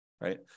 right